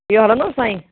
इहो हलंदो न साईं